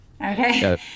Okay